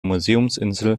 museumsinsel